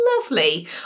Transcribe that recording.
lovely